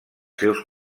seus